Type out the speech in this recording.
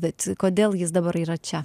bet kodėl jis dabar yra čia